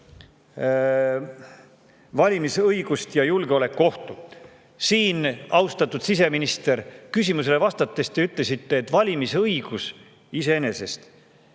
valimisõigust ja julgeolekuohtu, siis siin, austatud siseminister, te küsimusele vastates ütlesite, et valimisõigus iseenesest